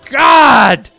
god